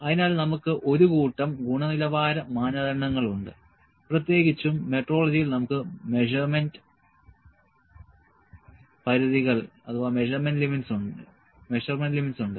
അതിനാൽ നമുക്ക് ഒരുകൂട്ടം ഗുണനിലവാര മാനദണ്ഡങ്ങളുണ്ട് പ്രത്യേകിച്ചും മെട്രോളജിയിൽ നമുക്ക് മെഷര്മെന്റ് പരിധികൾ ഉണ്ട്